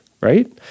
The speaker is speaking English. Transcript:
right